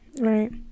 Right